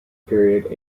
period